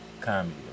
comedy